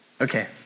Okay